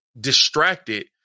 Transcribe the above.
distracted